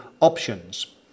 options